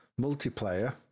Multiplayer